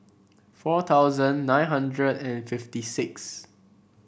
four thousand nine hundred and fifty six